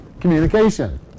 communication